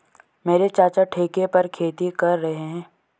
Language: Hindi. मेरे चाचा ठेके पर खेती कर रहे हैं